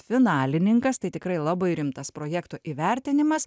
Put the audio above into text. finalininkas tai tikrai labai rimtas projekto įvertinimas